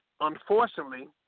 unfortunately